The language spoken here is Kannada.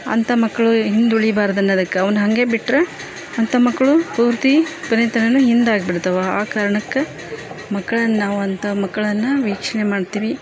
ಅಂತ ಮಕ್ಕಳು ಹಿಂದುಳಿಬಾರ್ದು ಅನ್ನೋದಕ್ಕ ಅವ್ನ ಹಾಗೆ ಬಿಟ್ಟರೆ ಅಂಥ ಮಕ್ಕಳು ಪೂರ್ತಿ ಕೊನೆತನಕ ಹಿಂದಾಗಿಬಿಡ್ತವ ಆ ಕಾರಣಕ್ಕ ಮಕ್ಕಳನ್ನಾವು ಅಂಥ ಮಕ್ಕಳನ್ನ ವೀಕ್ಷಣೆ ಮಾಡ್ತೀವಿ